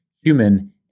human